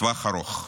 לטווח ארוך.